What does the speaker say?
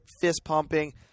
fist-pumping